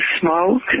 smoke